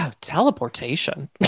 teleportation